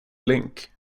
link